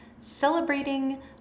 celebrating